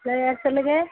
sir யார் சொல்லுங்கள்